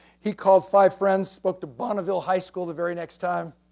he called five friends spoke the bonneville high school the very next time,